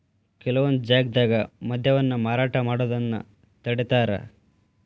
ಕೆಲವೊಂದ್ ಜಾಗ್ದಾಗ ಮದ್ಯವನ್ನ ಮಾರಾಟ ಮಾಡೋದನ್ನ ತಡೇತಾರ